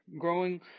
growing